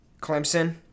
Clemson